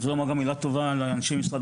אני רוצה לומר מילה טובה על האנשים ממשרד